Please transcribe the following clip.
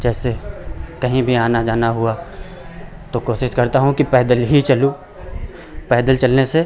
जैसे कहीं भी आना जाना हुआ तो कोशिश करता हूँ कि पैदल ही चलूं पैदल चलने से